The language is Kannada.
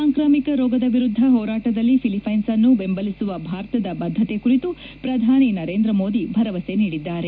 ಸಾಂಕ್ರಾಮಿಕ ರೋಗದ ವಿರುದ್ಧದ ಹೋರಾಟದಲ್ಲಿ ಫಿಲಿಪೈನ್ಸ್ ಅನ್ನು ಬೆಂಬಲಿಸುವ ಭಾರತದ ಬದ್ಧತೆ ಕುರಿತು ಪ್ರಧಾನಿ ನರೇಂದ್ರ ಮೋದಿ ಭರವಸೆ ನೀಡಿದ್ದಾರೆ